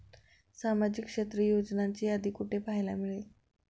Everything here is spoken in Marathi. सामाजिक क्षेत्र योजनांची यादी कुठे पाहायला मिळेल?